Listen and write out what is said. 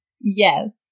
Yes